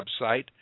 website